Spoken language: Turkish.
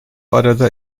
arada